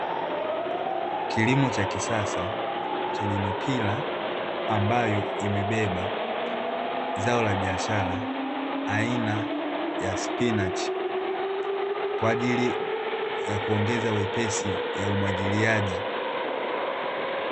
Kilimo cha kisasa chenye mipira ambayo imebeba zao la biashara aina ya spinachi, kwa ajili ya kuongeza wepesi ya umwagiliaji.